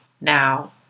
now